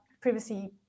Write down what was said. privacy